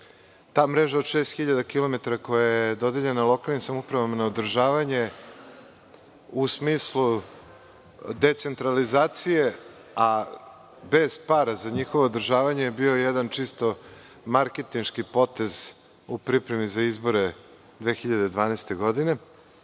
Ta mreža od 6000 km koja je dodeljena lokalnim samoupravama na održavanje u smislu decentralizacije, a bez para za njihovo održavanje, je bio jedan čisto marketinški potez u pripremi za izbore 2012. godine.